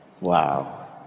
Wow